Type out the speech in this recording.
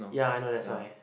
ya I know that's why